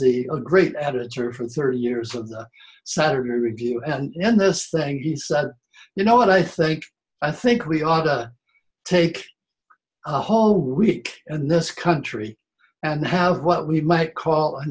the a great editor for thirty years of the saturday review and the first thing he said you know what i think i think we ought to take a whole week in this country and have what we might call a